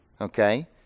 Okay